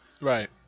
Right